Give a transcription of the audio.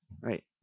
Right